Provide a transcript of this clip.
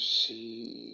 see